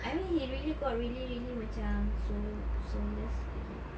I mean he really got really really macam soul soulless again